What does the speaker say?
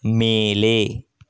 மேலே